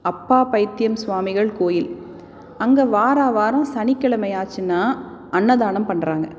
அப்பா பைத்தியம் சுவாமிகள் கோவில் அங்கே வாராவாரம் சனிக்கிழமை ஆச்சுன்னா அன்னதானம் பண்ணுறாங்க